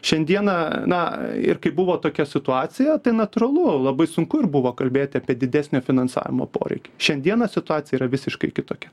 šiandieną na ir kai buvo tokia situacija tai natūralu labai sunku ir buvo kalbėt apie didesnio finansavimo poreikį šiandieną situacija yra visiškai kitokia